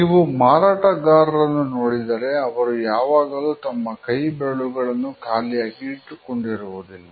ನೀವು ಮಾರಾಟಗಾರರನ್ನು ನೋಡಿದರೆ ಅವರು ಯಾವಾಗಲೂ ತಮ್ಮ ಕೈಬೆರಳುಗಳನ್ನು ಖಾಲಿಯಾಗಿ ಇಟ್ಟುಕೊಂಡಿರುವುದಿಲ್ಲ